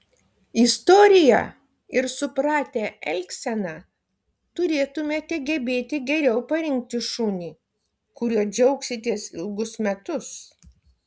istoriją ir supratę elgseną turėtumėte gebėti geriau parinkti šunį kuriuo džiaugsitės ilgus metus